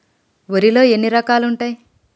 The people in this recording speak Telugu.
వరిలో ఎన్ని రకాలు ఉంటాయి?